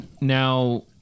Now